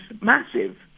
massive